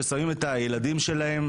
ששמים את הילדים שהם,